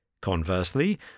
Conversely